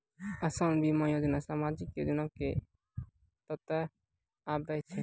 असान बीमा योजना समाजिक योजना के तहत आवै छै